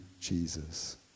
Jesus